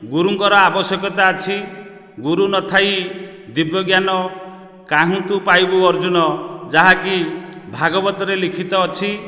ଗୁରୁଙ୍କର ଆବଶ୍ୟକତା ଅଛି ଗୁରୁ ନଥାଇ ଦିବ୍ୟ ଜ୍ଞାନ କାହିଁ ତୁ ପାଇବୁ ଅର୍ଜୁନ ଯାହାକି ଭାଗବତରେ ଲିଖିତ ଅଛି